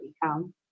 become